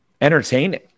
entertaining